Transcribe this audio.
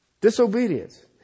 Disobedience